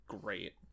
great